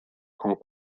con